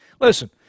Listen